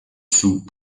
sou